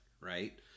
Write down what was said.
right